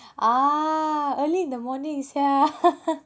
orh early in the morning sia